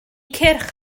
cyrch